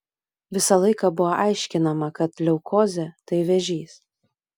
visą laiką buvo aiškinama kad leukozė tai vėžys